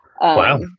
Wow